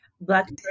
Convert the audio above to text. black